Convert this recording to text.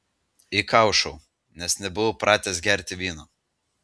įkaušau nes nebuvau pratęs gerti vyno